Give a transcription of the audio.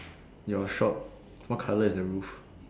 your shop what colour is the roof